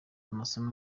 amasomo